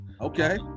Okay